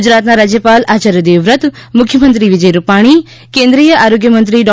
ગુજરાતના રાજ્યપાલ આચાર્ય દેવવ્રત મુખ્યમંત્રી વિજય રૂપાણી કેન્દ્રિય આરોગ્યમંત્રી ડો